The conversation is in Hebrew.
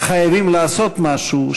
חייבים לעשות משהו,